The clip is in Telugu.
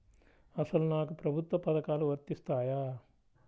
అసలు నాకు ప్రభుత్వ పథకాలు వర్తిస్తాయా?